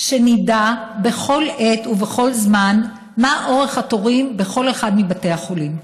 שנדע בכל עת ובכל זמן מה אורך התורים בכל אחד מבתי החולים.